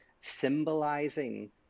symbolizing